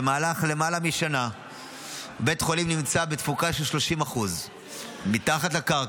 במהלך למעלה משנה בית החולים נמצא בתפוקה של 30% מתחת לקרקע.